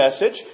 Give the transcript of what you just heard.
message